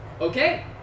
Okay